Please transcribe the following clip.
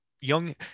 young